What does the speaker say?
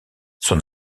son